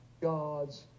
God's